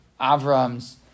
Avram's